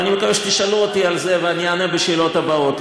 ואני מקווה שתשאלו אותי על זה ואני אענה בשאלות הבאות,